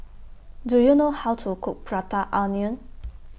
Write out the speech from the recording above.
Do YOU know How to Cook Prata Onion